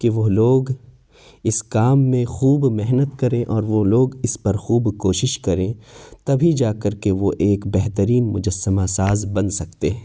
کہ وہ لوگ اس کام میں خوب محنت کرے اور وہ لوگ اس پر خوب کوشش کرے تبھی جا کر کے وہ ایک بہترین مجسمہ ساز بن سکتے ہیں